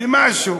משהו,